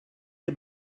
les